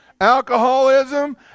Alcoholism